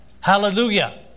Hallelujah